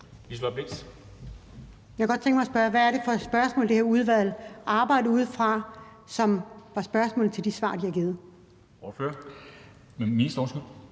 Jeg kunne godt tænke mig at spørge: Hvad er det for spørgsmål, det her udvalg har arbejdet ud fra – altså spørgsmålene, de har svaret